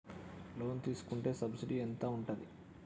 Loan తీసుకుంటే subsidy ఎంత ఉంటది?